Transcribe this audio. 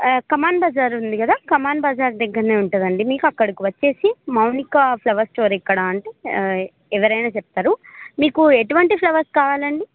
కమాన్ బజార్ ఉంది కదా కమాన్ బజార్ దగ్గరే ఉంటుందండి మీకు అక్కడికి వచ్చేసి మౌనిక ఫ్లవర్ స్టోర్ ఎక్కడ అంటే ఎవరైనా చెప్తారు మీకు ఎటువంటి ఫ్లవర్స్ కావాలండి